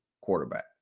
quarterback